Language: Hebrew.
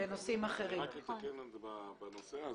אני רק אתעכב בנושא הזה.